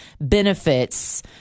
benefits